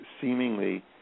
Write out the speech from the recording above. Seemingly